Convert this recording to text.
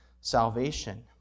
salvation